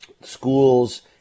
schools